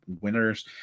winners